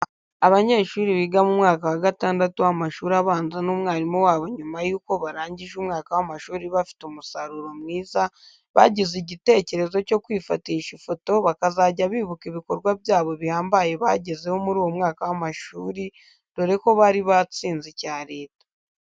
Abanyeshuri biga mu mwaka wa gatandatu w'amashuri abanza n'umwarimu wabo nyuma y'uko barangije umwaka w'amashuri bafite umusaruro mwiza, bagize igitekerezo cyo kwifatisha ifoto bakazajya bibuka ibikorwa byabo bihambaye bagezeho muri uwo mwaka w'amashuri dore ko bari batsinze icya leta.